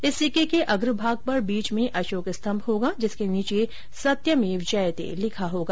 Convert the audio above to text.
इस सिक्के के अग्रभाग पर बीच में अशोक स्तम्भ होगा जिसके नीचे सत्यमेव जयते लिखा होगा